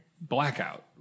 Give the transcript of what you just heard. blackout